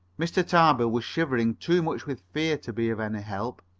mr. tarbill was shivering too much with fear to be of any help.